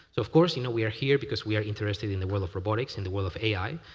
so of course, you know we're here because we are interested in the world of robotics and the world of ai.